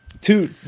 two